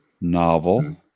Novel